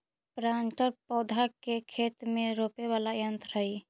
planter पौधा के खेत में रोपे वाला यन्त्र हई